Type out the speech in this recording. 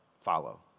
follow